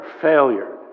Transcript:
failure